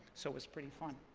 so it was pretty fun.